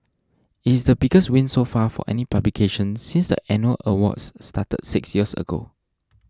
it is the biggest win so far for any publication since the annual awards started six years ago